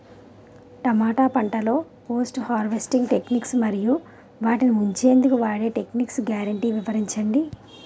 టమాటా పంటలో post harvest techniques మరియు వాటిని ఉంచెందుకు వాడే టెక్నిక్స్ గ్యారంటీ వివరించండి?